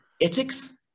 ethics